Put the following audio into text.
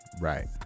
Right